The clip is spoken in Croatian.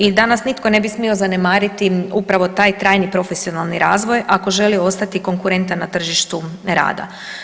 I danas nitko ne bi smio zanemariti upravo taj trajni profesionalni razvoj ako želi ostati konkurentan na tržištu rada.